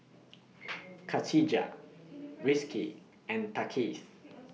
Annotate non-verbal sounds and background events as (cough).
(noise) Katijah Rizqi and Thaqif